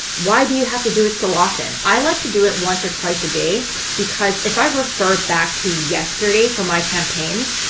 why do you have to do it so often? i like to do it once or twice a day because if i refer back to yesterday for my campaigns,